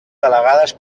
delegades